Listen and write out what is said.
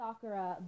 Sakura